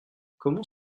comment